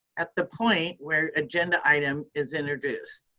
at the point where agenda item is introduced.